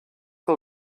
que